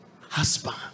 husband